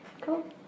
Cool